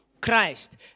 Christ